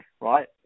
right